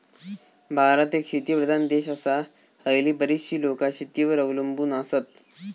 भारत एक शेतीप्रधान देश आसा, हयली बरीचशी लोकां शेतीवर अवलंबून आसत